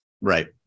Right